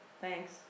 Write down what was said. Thanks